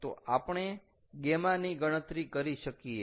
તો આપણે γ ની ગણતરી કરી શકીએ